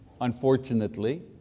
unfortunately